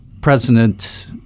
President